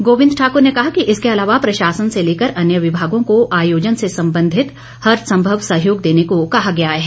गोबिंद ठाकर ने कहा कि इसके अलावा प्रशासन से लेकर अन्य विभागों को आयोजन से संबंधित हर संभव सहयोग देने को कहा गया है